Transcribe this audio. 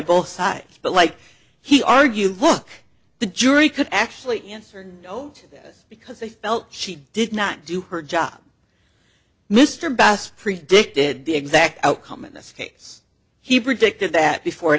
both sides but like he argued book the jury could actually answer no because they felt she did not do her job mr bast predicted the exact outcome in this case he predicted that before it